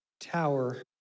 tower